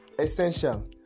essential